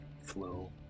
flow